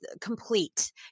complete